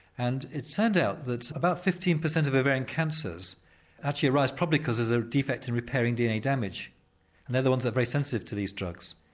and it's turned out that about fifteen percent of ovarian cancers actually arise probably because there's a defect in repairing dna damage they're the ones that are very sensitive to these drugs.